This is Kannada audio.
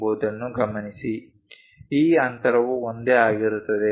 ಈ ಅಂತರವು ಒಂದೇ ಆಗಿರುತ್ತದೆ